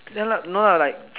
ya lah no lah like